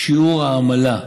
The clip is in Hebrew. שיעור העמלה,